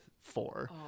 Four